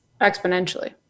exponentially